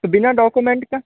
तो बिना डॉकोमेंट का